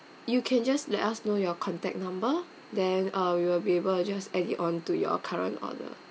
you can just let us know your contact number then uh we will be able just add it on to your current order